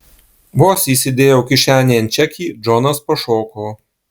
vos įsidėjau kišenėn čekį džonas pašoko